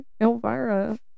Elvira